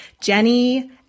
Jenny